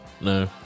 No